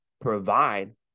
provide